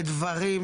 לדברים,